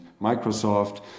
Microsoft